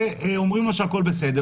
ואומרים לו שהכול בסדר,